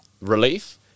relief